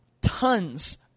tons